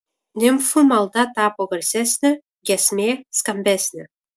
nimfų malda tapo garsesnė giesmė skambesnė